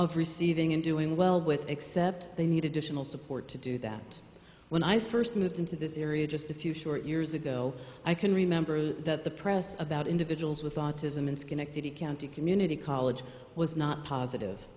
of receiving and doing well with except they need additional support to do that when i first moved into this area just a few short years ago i can remember that the press about individuals with autism is connected county community college was not positive